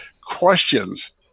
questions